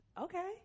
Okay